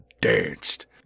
danced